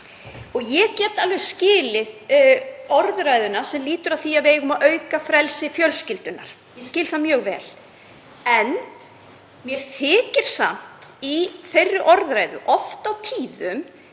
og ég get alveg skilið orðræðuna sem lýtur að því að við eigum að auka frelsi fjölskyldunnar. Ég skil það mjög vel. Mér þykir samt sú orðræða oft og tíðum